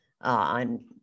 on